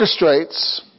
orchestrates